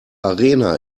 arena